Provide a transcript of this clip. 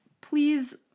please